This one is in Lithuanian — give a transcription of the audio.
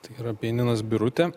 tai yra pianinas birutė